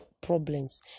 problems